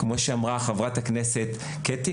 כפי שאמרה חברת הכנסת קטי